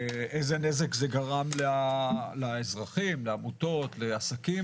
איזה נזק זה גרם לאזרחים, לעמותות, לעסקים